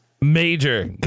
major